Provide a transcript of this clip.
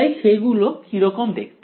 তাই সেগুলো কি রকম দেখতে